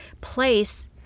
place